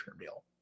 deal